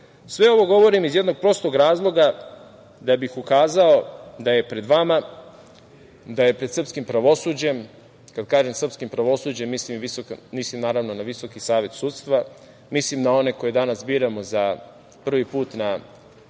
ovo govorim iz jednog prostog razloga, da bih ukazao da je pred vama, da je pred srpskim pravosuđem, kad kažem srpskim pravosuđem mislim na Visoki savet sudstva, mislim na one koje danas biramo prvi put na